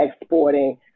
exporting